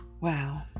Wow